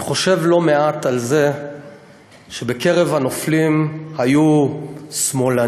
אני חושב לא מעט על זה שבקרב הנופלים היו שמאלנים,